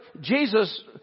Jesus